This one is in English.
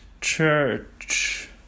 Church